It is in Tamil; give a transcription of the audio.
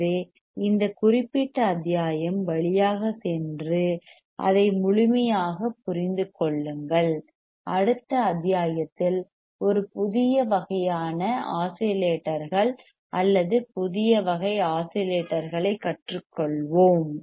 எனவே இந்த குறிப்பிட்ட அத்தியாயம் வழியாகச் சென்று அதை முழுமையாகப் புரிந்து கொள்ளுங்கள் அடுத்த அத்தியாயத்தில் ஒரு புதிய வகையான ஆஸிலேட்டர்கள் அல்லது புதிய வகை ஆஸிலேட்டர்களைக் கற்றுக்கொள்வோம்